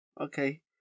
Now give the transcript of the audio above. okay